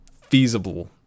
feasible